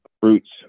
fruits